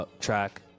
Track